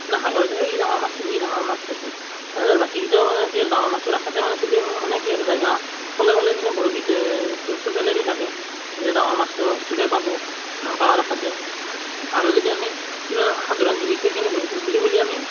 মানে হাহাকাৰ হৈ যায় যে ই ডাঙৰ মাছ পাইছে ই ডাঙৰ মাছ পাইছে তাৰপিছত বাকী কিটাও মানে কি আৰু ডাঙৰ মাছৰ আশাতে মানে চবে আৰু মানে কি আৰু জেগা সলাই সলাই কিনে বৰশীত টোপটো পেলাই দি থাকে যে ডাঙৰ মাছটো চবেই পাব পোৱাৰ আশাতে আৰু যদি আমি সাধাৰণ কেনেকুৱা পৃথক বুলি ক'লে আমি